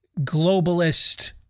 globalist